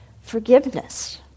Forgiveness